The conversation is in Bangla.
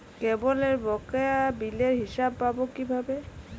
কেবলের বকেয়া বিলের হিসাব পাব কিভাবে?